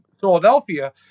Philadelphia